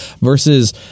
versus